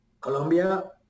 Colombia